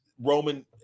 Roman